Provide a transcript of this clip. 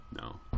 No